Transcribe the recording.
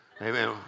Amen